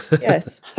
Yes